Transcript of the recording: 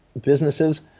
businesses